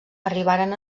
arribaren